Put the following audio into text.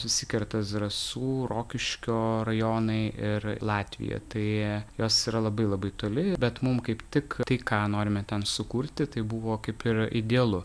susikerta zarasų rokiškio rajonai ir latvija tai jos yra labai labai toli bet mum kaip tik tai ką norime ten sukurti tai buvo kaip ir idealu